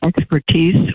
expertise